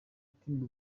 team